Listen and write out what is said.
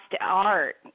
art